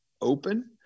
open